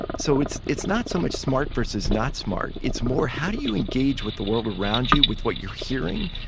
so it's it's not so much smart versus not smart. it's more how do you engage with the world around you with what you're hearing?